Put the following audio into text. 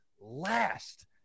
last